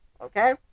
Okay